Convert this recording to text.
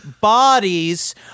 bodies